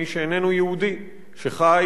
מי שאיננו יהודי, שחי